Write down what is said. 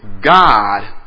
God